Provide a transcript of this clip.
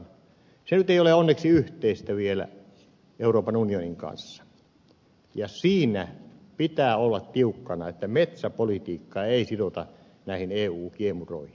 se ei nyt ole onneksi yhteistä vielä euroopan unionin kanssa ja siinä pitää olla tiukkana että metsäpolitiikkaa ei sidota näihin eu kiemuroihin